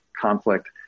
conflict